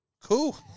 cool